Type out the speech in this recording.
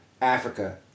Africa